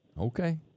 Okay